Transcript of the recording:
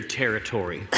territory